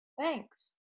Thanks